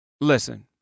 Listen